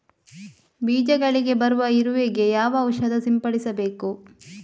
ಬೀಜಗಳಿಗೆ ಬರುವ ಇರುವೆ ಗೆ ಯಾವ ಔಷಧ ಸಿಂಪಡಿಸಬೇಕು?